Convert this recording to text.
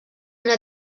una